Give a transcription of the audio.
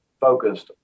focused